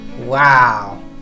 Wow